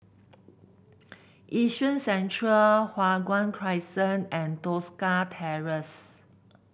Yishun Central Hua Guan Crescent and Tosca Terrace